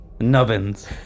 Nubbins